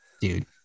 Dude